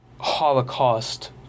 Holocaust